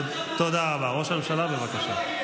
ראש הממשלה, בבקשה.